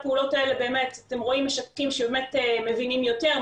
אתם רואים משקים שמבינים יותר,